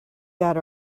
got